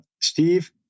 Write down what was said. Steve